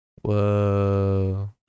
whoa